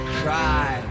cry